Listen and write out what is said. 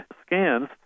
scans